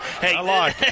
hey